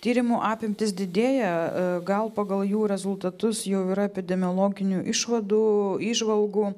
tyrimų apimtys didėja gal pagal jų rezultatus jau yra epidemiologinių išvadų įžvalgų